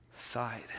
side